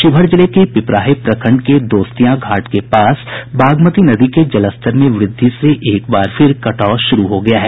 शिवहर जिले के पिपराही प्रखंड के दोस्तियां घाट के पास बागमती नदी के जलस्तर में वुद्धि से एक बार फिर कटाव शुरू हो गया है